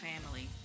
family